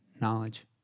knowledge